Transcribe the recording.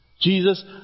Jesus